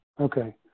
okay